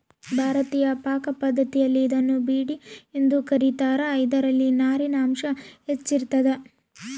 ಭಾರತೀಯ ಪಾಕಪದ್ಧತಿಯಲ್ಲಿ ಇದನ್ನು ಭಿಂಡಿ ಎಂದು ಕ ರೀತಾರ ಇದರಲ್ಲಿ ನಾರಿನಾಂಶ ಹೆಚ್ಚಿರ್ತದ